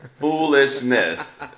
Foolishness